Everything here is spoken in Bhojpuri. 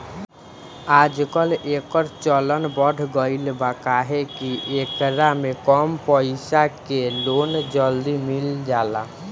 आजकल, एकर चलन बढ़ गईल बा काहे कि एकरा में कम पईसा के लोन जल्दी मिल जाला